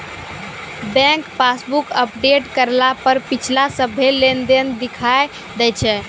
bank passbook update करला पर पिछला सभ्भे लेनदेन दिखा दैय छै